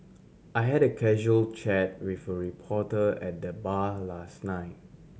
I had a casual chat with a reporter at the bar last night